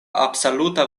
absoluta